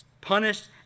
punished